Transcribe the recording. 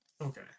Okay